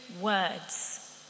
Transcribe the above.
words